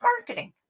marketing